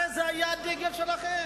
הרי זה היה הדגל שלכם